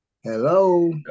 Hello